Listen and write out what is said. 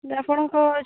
ଆପଣଙ୍କ